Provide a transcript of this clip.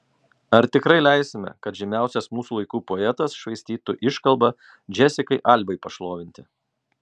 ar tikrai leisime kad žymiausias mūsų laikų poetas švaistytų iškalbą džesikai albai pašlovinti